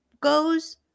goes